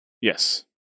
Yes